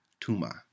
Tuma